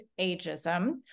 ageism